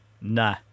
Nah